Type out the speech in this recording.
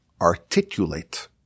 articulate